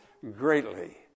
greatly